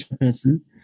person